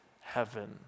heaven